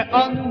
on